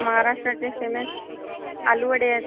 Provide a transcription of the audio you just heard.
महाराष्ट्राचे सगळे आलुवडे आहेत